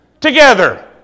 together